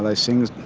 like things.